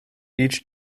each